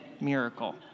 miracle